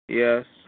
Yes